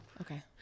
Okay